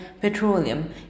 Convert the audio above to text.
Petroleum